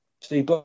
Steve